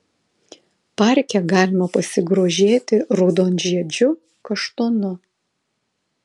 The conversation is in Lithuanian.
parke galima pasigrožėti raudonžiedžiu kaštonu